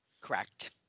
Correct